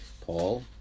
Paul